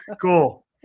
Cool